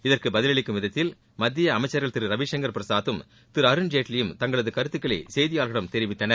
இதற்கு பதிலளிக்கும் விதத்தில் மத்திய அமைச்சர்கள் திரு ரவிசங்கர் பிரசாத்தும் திரு அருண்ஜேட்லியும் தங்களது கருத்துக்களை செய்தியாளர்களிடம் தெரிவித்தனர்